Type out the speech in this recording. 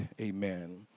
amen